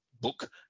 book